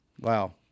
wow